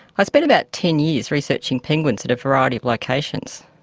i spent about ten years researching penguins at a variety of locations.